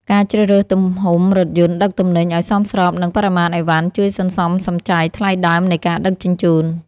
ការជ្រើសរើសទំហំរថយន្តដឹកទំនិញឱ្យសមស្របនឹងបរិមាណអីវ៉ាន់ជួយសន្សំសំចៃថ្លៃដើមនៃការដឹកជញ្ជូន។